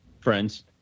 friends